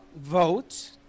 vote